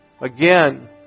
Again